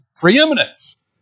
preeminence